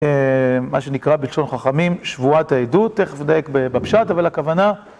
מה שנקרא בלשון חכמים, שבועת העדות, תכף נדייק בפשט, אבל הכוונה...